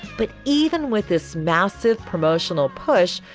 but even with this massive promotional push,